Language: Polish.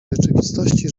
rzeczywistości